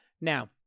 Now